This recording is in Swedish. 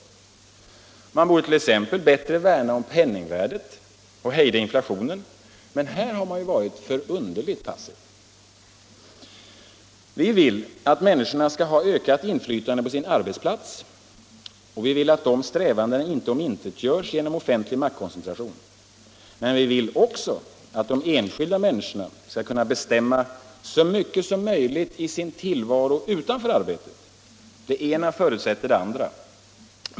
Man borde t.ex. bättre värna om penningvärdet och hejda inflationen, men här har man varit förunderligt passiv. Vi vill att människorna skall ha ökat inflytande på sin arbetsplats och vi vill att de strävandena inte omintetgörs genom offentlig maktkoncentration, men vi vill också att de enskilda människorna skall kunna bestämma så mycket som möjligt i sin tillvaro utanför arbetet. Det ena förutsätter det andra.